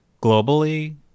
globally